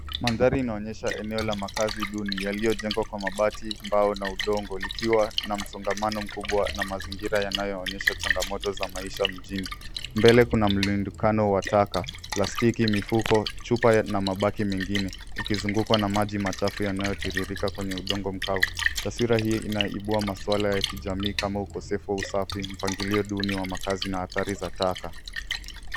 Mandharia inaonyesha eneo la makazi duni yaliyojengwa kwa mabati, mbao na udongo likiwa na msongamano mkubwa na mazingira yanayoonyesha changamoto za maisha mjini. Mbele kuna mlundikano wa taka, plastiki, mifuko, chupa na mabaki mengine, ukizungukwa na maji machafu yanayotiririka kwenye udongo mkavu. Taswira hii inaibua maswala ya kijamii kama ukosefu wa usafi, mpangilio duni wa makazi na athari za taka.